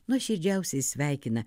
nuoširdžiausiai sveikina